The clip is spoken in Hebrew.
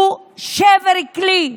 הוא שבר כלי.